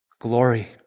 glory